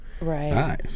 Right